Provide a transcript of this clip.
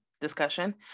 discussion